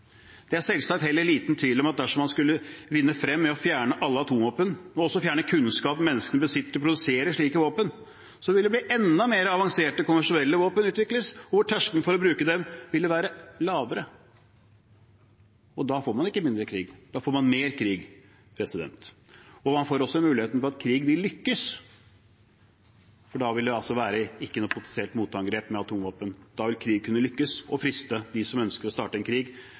Det er selvsagt heller ingen tvil om at dersom en skulle vinne frem med å fjerne alle atomvåpen, måtte en også fjerne kunnskapen mennesker besitter for å produsere slike våpen. Da ville enda mer avanserte konvensjonelle våpen utvikles, og terskelen for å bruke dem ville være lavere. Da får man ikke mindre krig. Da får man mer krig. Man får også muligheten for at krig vil lykkes, og da vil det ikke være noe potensielt motangrep med atomvåpen. Da vil krig kunne lykkes og friste dem som ønsker å starte en krig